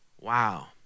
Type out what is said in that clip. Wow